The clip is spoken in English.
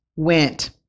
went